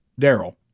Daryl